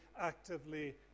actively